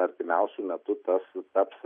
artimiausiu metu tas taps